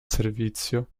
servizio